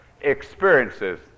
experiences